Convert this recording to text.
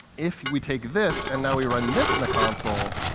if we take this and now we run this in the console,